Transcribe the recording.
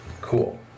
Cool